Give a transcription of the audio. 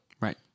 right